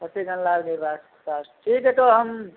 फतेहगंज लाल निवास के पास ठीक है तो हम